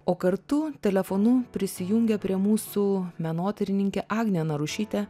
o kartu telefonu prisijungia prie mūsų menotyrininkė agnė narušytė